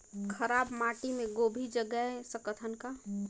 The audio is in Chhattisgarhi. खराब माटी मे गोभी जगाय सकथव का?